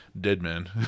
Deadman